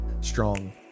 strong